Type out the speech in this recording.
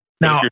Now